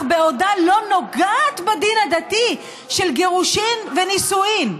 בעודה לא נוגעת בדין הדתי של גירושים ונישואים.